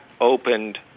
opened